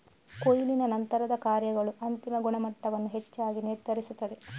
ಕೊಯ್ಲಿನ ನಂತರದ ಕಾರ್ಯಗಳು ಅಂತಿಮ ಗುಣಮಟ್ಟವನ್ನು ಹೆಚ್ಚಾಗಿ ನಿರ್ಧರಿಸುತ್ತದೆ